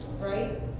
right